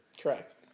Correct